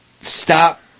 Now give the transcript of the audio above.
stop